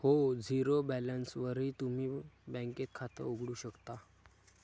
हो, झिरो बॅलन्सवरही तुम्ही बँकेत खातं उघडू शकता